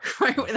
right